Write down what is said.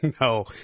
No